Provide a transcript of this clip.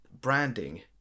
branding